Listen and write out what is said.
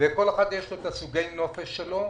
אחד יש את סוג הנופש שלו,